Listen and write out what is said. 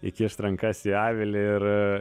įkišt rankas į avilį ir